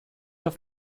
auf